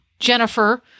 jennifer